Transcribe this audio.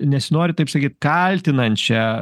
nesinori taip sakyt kaltinančia